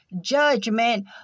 judgment